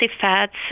fats